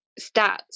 stats